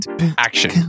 action